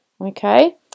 okay